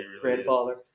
grandfather